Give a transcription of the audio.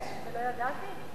יש ולא ידעתי?